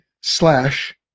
slash